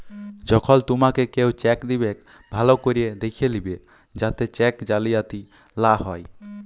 যখল তুমাকে কেও চ্যাক দিবেক ভাল্য ক্যরে দ্যাখে লিবে যাতে চ্যাক জালিয়াতি লা হ্যয়